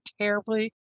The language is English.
terribly